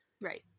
Right